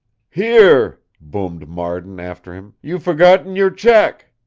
here! boomed marden after him. you've forgotten your check.